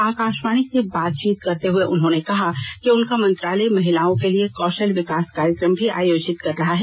आकाशवाणी से बातचीत करते हुए उन्होंने कहा कि उनका मंत्रालय महिलाओं के लिए कौशल विकास कार्यक्रम भी आयोजित कर रहा है